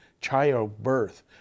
childbirth